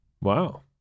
Wow